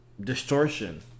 distortion